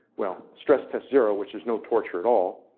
well stress test zero, which is no torture at all,